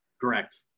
correct